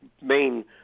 main